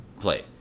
play